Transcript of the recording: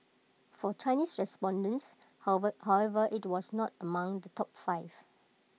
for Chinese respondents however IT was not among the top five